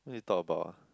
what they talk about ah